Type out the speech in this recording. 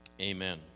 Amen